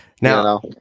Now